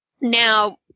Now